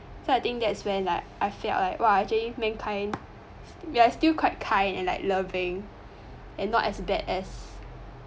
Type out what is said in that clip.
so I think that is when like I felt I like !wah! actually mankind we are still quite kind and like loving and not as bad as